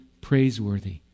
praiseworthy